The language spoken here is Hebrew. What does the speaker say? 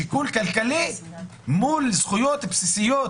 שיקול כלכלי מול זכויות בסיסיות,